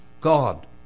God